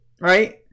right